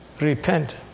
repent